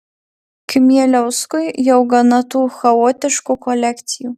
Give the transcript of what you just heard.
kmieliauskui jau gana tų chaotiškų kolekcijų